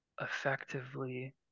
effectively